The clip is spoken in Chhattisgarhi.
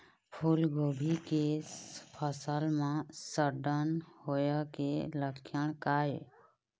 फूलगोभी के फसल म सड़न होय के लक्षण का ये?